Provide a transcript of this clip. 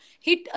hit